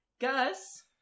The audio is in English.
Gus